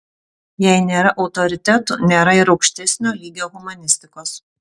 jei nėra autoritetų nėra ir aukštesnio lygio humanistikos